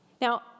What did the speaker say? Now